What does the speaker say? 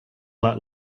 let